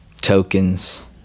tokens